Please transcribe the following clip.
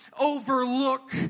overlook